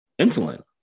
insulin